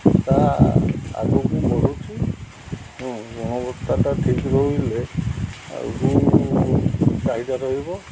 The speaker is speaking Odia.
ତା' ଆଗକୁ ପଢ଼ୁଛିି ଗୁଣବତ୍ତାଟା ଠିକ୍ ରହିଲେ ଆଉ ବହୁ ଫାଇଦା ରହିବ